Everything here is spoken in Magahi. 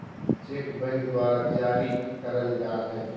चेक बैंक द्वारा जारी करल जाय हय